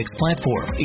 platform